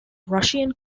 russian